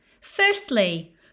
firstly